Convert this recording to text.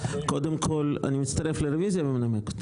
אני מצטרף לרוויזיה ומנמק אותה.